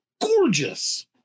gorgeous